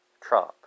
Trump